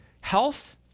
health